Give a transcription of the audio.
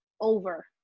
over